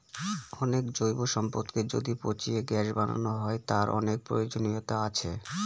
অনেক জৈব সম্পদকে যদি পচিয়ে গ্যাস বানানো হয়, তার অনেক প্রয়োজনীয়তা আছে